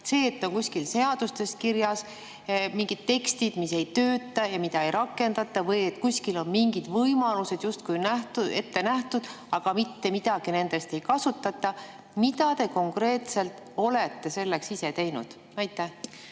See, et on kuskil seadustes kirjas mingid tekstid, mis ei tööta ja mida ei rakendata, või et kuskil on mingid võimalused justkui ette nähtud, aga mitte midagi nendest ei kasutata, [ei ole piisav]. Mida te ise konkreetselt olete teinud? Tänan,